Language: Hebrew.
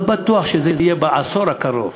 לא בטוח שזה יהיה בעשור הקרוב.